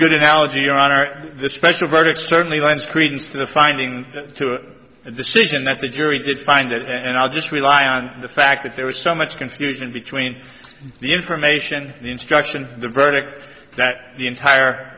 good analogy on our special verdict certainly lends credence to the finding that the decision that the jury did find that and i'll just rely on the fact that there was so much confusion between the information the instruction the verdict that the entire